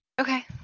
Okay